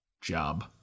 job